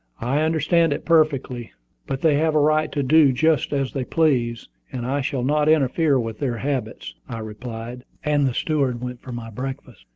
i understand it perfectly but they have a right to do just as they please, and i shall not interfere with their habits, i replied and the steward went for my breakfast.